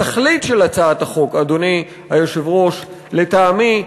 התכלית של הצעת החוק, אדוני היושב-ראש, לטעמי,